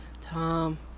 Tom